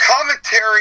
commentary